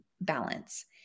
balance